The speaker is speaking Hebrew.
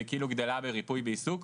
והיא כאילו גדלה בריפוי בעיסוק.